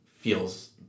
feels